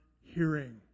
hearing